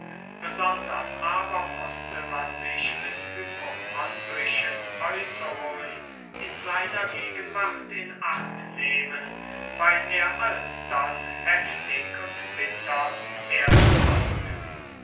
besonders aber mußte man sich mit hypochondrischen äußerungen in seiner gegenwart in acht nehmen weil er alsdann heftig und bitter werden konnte